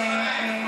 האדם,